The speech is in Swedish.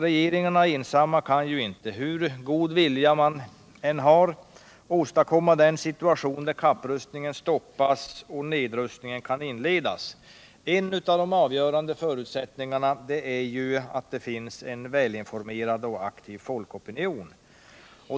Regeringarna ensamma kan inte, hur god vilja som än finns, åstadkomma den situation där kapprustningen stoppas och nedrustningen kan inledas. En avgörande förutsättning är att det finns en välinformerad och aktiv folkopinion.